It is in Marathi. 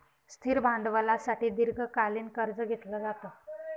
स्थिर भांडवलासाठी दीर्घकालीन कर्ज घेतलं जातं